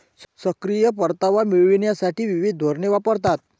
सक्रिय परतावा मिळविण्यासाठी विविध धोरणे वापरतात